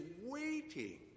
waiting